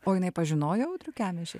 o jinai pažinojo audrių kemežį